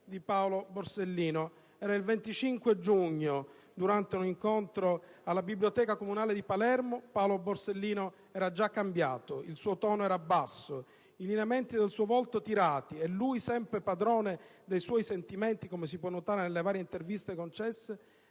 di Paolo Borsellino. Il 25 giugno, durante un incontro organizzato alla Biblioteca comunale di Palermo, Paolo Borsellino era già cambiato: il suo tono era basso, i lineamenti del suo volto tirati e lui, sempre padrone dei suoi sentimenti (come si può notare nelle varie interviste concesse),